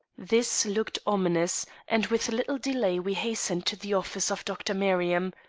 this looked ominous, and with little delay we hastened to the office of dr. merriam.